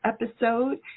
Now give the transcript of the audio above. episode